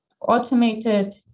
automated